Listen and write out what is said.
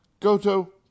Goto